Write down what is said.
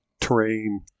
terrain –